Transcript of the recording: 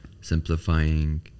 simplifying